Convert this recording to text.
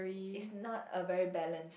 is not a very balance